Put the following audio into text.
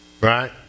Right